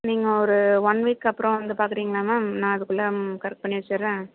நீங்கள் ஒரு one week அப்புறம் வந்து பார்க்குறீங்களா மேம் நான் அதுக்குள்ளே கரெக்ட் பண்ணி வச்சிடுறேன்